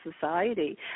society